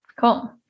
Cool